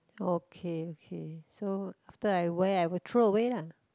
okay okay so after I wear I will throw away lah